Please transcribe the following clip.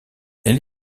elle